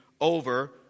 over